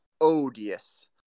odious